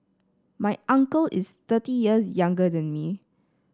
my uncle is thirty years younger than me